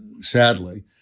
sadly